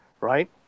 Right